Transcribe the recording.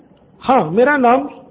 student 4 हां मेरा नाम सुनील है